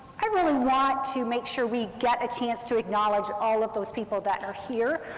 i really want to make sure we get a chance to acknowledge all of those people that are here.